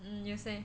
mm you say